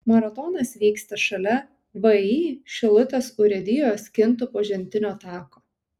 maratonas vyksta šalia vį šilutės urėdijos kintų pažintinio tako